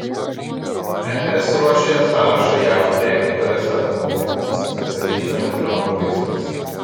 es ruošia sąrašą jav prekių kurias apmuitins atsakydama į trampo veiksmus